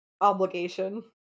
obligation